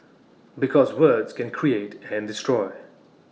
because words can create and destroy